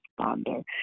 responder